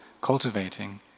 cultivating